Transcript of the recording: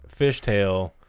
fishtail